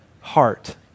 heart